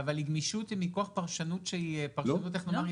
אבל גמישות זה מכוח פרשנות שהיא פרשנות איך נאמר?